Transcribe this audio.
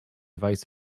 vice